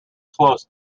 close